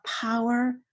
power